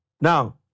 Now